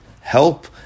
help